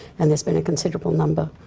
and there's been a considerable number.